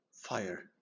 fire